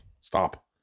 stop